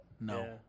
no